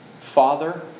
Father